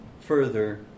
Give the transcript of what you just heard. further